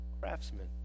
craftsman